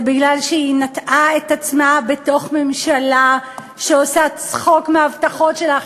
זה משום שהיא נטעה את עצמה בתוך ממשלה שעושה צחוק מההבטחות שלה.